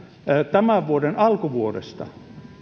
tämän alkuvuoden ennusteita siitä